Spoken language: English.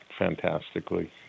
fantastically